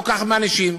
לא ככה מענישים.